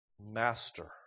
Master